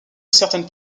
certaines